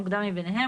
המוקדם ביניהם,